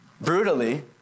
brutally